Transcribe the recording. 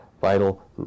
vital